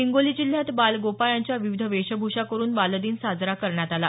हिंगोली जिल्ह्यात बाल गोपाळांच्या विविध वेशभूषा करून बालदिन साजरा करण्यात आला